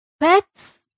Pets